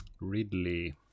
Ridley